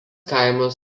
kaimas